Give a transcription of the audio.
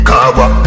Kawa